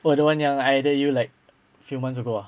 oh that one ya I added you like few months ago ah